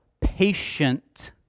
patient